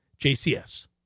jcs